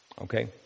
Okay